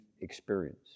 experience